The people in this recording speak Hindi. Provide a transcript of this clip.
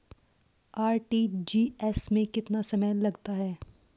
आर.टी.जी.एस में कितना समय लगता है?